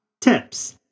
tips